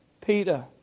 Peter